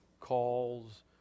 calls